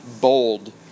bold